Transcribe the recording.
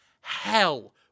hell